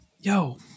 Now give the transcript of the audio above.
yo